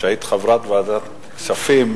שהיית חברת ועדת כספים,